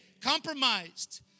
compromised